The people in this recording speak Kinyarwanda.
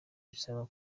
bisaba